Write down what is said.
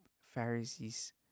Pharisees